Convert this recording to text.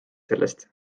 sellest